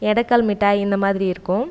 இடக்கள் மிட்டாய் இந்த மாதிரி இருக்குது